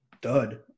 dud